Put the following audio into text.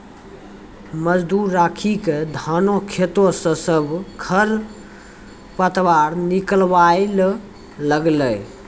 मजदूर राखी क धानों खेतों स सब खर पतवार निकलवाय ल लागलै